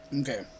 Okay